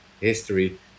history